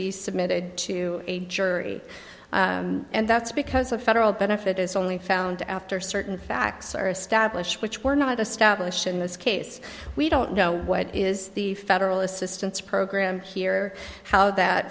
be submitted to a jury and that's because a federal benefit is only found after certain facts are established which were not the stop wish in this case we don't know what is the federal assistance program here how that